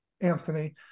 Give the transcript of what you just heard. Anthony